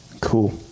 Cool